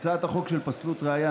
הצעת החוק של פסלות ראיה,